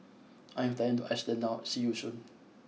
I am flying to Iceland now see you soon